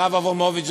הרב אברמוביץ,